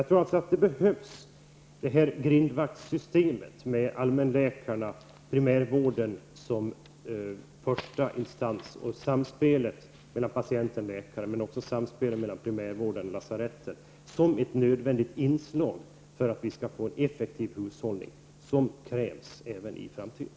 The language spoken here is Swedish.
Jag tror alltså att det behövs ett ''grindvaktssystem'' med allmänläkarna och primärvården som första instans, och samspel mellan patienter och läkare samt samspel mellan primärvården och lasaretten som ett nödvändigt inslag, för att vi skall kunna få effektiv hushållning, något som kommer att krävas även i framtiden.